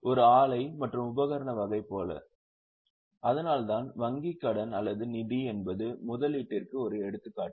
ஒரு ஆலை மற்றும் உபகரண வகை போல அதனால்தான் வங்கி கடன் அல்லது நிதி என்பது முதலீட்டிற்கு ஒரு எடுத்துக்காட்டு